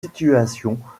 situations